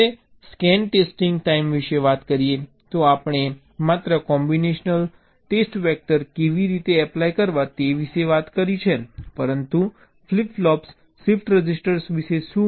હવે scan testing time વિશે વાત કરીએ તો આપણે માત્ર કોમ્બિનેશનલ ટેસ્ટ વેક્ટર કેવી રીતે એપ્લાય કરવા તે વિશે વાત કરી છે પરંતુ ફ્લિપ ફ્લોપ્સ શિફ્ટ રજિસ્ટર વિશે શું